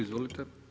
Izvolite.